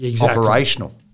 operational